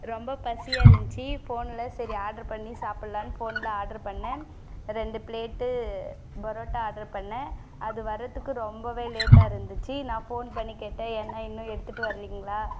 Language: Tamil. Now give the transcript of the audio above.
ரொம்ப பசியாக இருந்துச்சி ஃபோன்ல சரி ஆர்டர் பண்ணி சாப்புடல்லாம்னு ஃபோன்ல ஆர்ட்ரு பண்ணேன் ரெண்டு ப்ளேட்டு பரோட்டா ஆர்டர் பண்ணேன் அது வரதுக்கு ரொம்பவே லேட்டாக இருந்துச்சு நான் ஃபோன் பண்ணி கேட்டேன் ஏன்ணா இன்னும் எடுத்துட்டு வரலிங்ளா